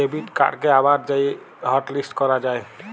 debit কাড়কে আবার যাঁয়ে হটলিস্ট ক্যরা যায়